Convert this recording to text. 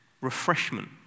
refreshment